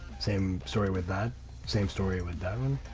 same story with that same story with that one.